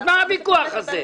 אז מה הוויכוח הזה?